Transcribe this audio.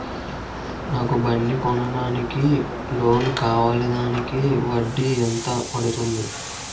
నాకు బండి కొనడానికి లోన్ కావాలిదానికి వడ్డీ ఎంత పడుతుంది?